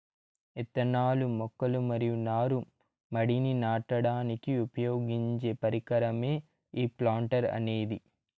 ఇత్తనాలు, మొక్కలు మరియు నారు మడిని నాటడానికి ఉపయోగించే పరికరమే ఈ ప్లాంటర్ అనేది